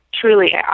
truly